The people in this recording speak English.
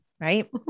right